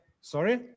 Sorry